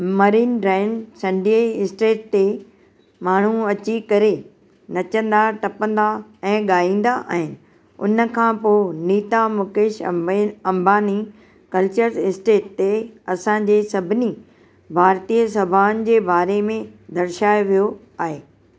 marine Drive Sunday state ते माण्हू अची करे नचंदा टपंदा ऐं गाईंदा आहिनि हुन खां पोइ नीता मुकेश अंबानी कल्चर स्टेट ते असांजे सभिनी भारतीय सभाउनि जे बारे में दर्शाए वियो आहे